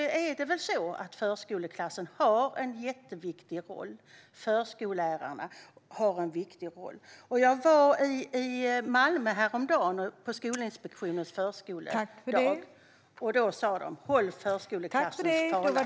Förskoleklassen och förskollärarna har en jätteviktig roll. På Skolinspektionens förskoledag besökte jag en förskola i Malmö häromdagen. Där sa man: Håll förskoleklassens fana högt!